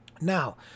Now